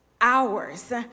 Hours